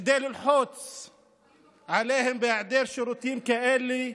כדי ללחוץ עליהם, בהיעדר שירותים כאלה,